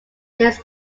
this